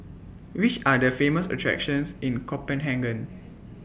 Which Are The Famous attractions in Copenhagen